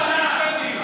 אנטישמי.